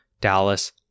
Dallas